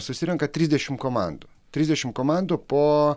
susirenka trisdešimt komandų trisdešimt komandų po